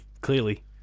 clearly